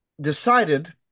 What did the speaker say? decided